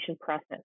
process